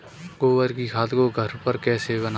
गोबर की खाद को घर पर कैसे बनाएँ?